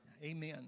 Amen